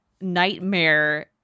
nightmare